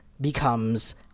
becomes